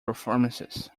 performances